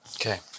Okay